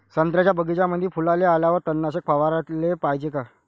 संत्र्याच्या बगीच्यामंदी फुलाले आल्यावर तननाशक फवाराले पायजे का?